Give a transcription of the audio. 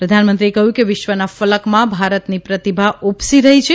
પ્રધાનમંત્રીએ કહયુ કે વિશ્વના ફલકમાં ભારતની પ્રતીભા ઉપ શી રહી છે